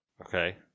Okay